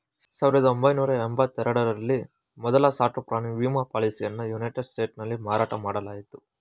ಸಾವಿರದ ಒಂಬೈನೂರ ಎಂಬತ್ತ ಎರಡ ರಲ್ಲಿ ಮೊದ್ಲ ಸಾಕುಪ್ರಾಣಿ ವಿಮಾ ಪಾಲಿಸಿಯನ್ನಯುನೈಟೆಡ್ ಸ್ಟೇಟ್ಸ್ನಲ್ಲಿ ಮಾರಾಟ ಮಾಡಲಾಯಿತು